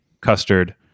custard